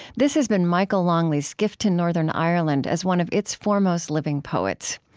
this has been michael longley's gift to northern ireland as one of its foremost living poets.